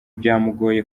byamugoye